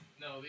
No